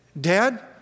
Dad